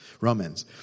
Romans